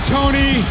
Tony